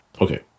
Okay